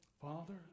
Father